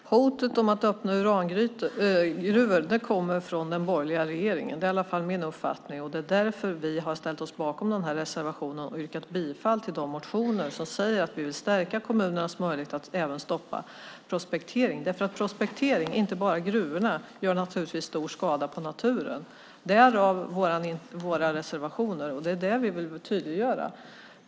Herr talman! Hotet om att öppna urangruvor kommer från den borgerliga regeringen. Det är i alla fall min uppfattning. Det är därför vi har ställt oss bakom den här reservationen och yrkat bifall till de motioner där vi säger att vi vill stärka kommunernas möjlighet att även stoppa prospektering. Även prospektering, inte bara gruvorna, gör naturligtvis stor skada på naturen - därav vår reservation. Det är det vi vill tydliggöra.